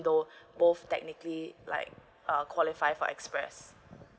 though both technically like err qualify for express